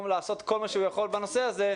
לעשות כל מה שהוא יכול בנושא הזה,